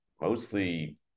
mostly